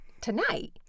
Tonight